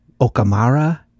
Okamara